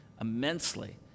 immensely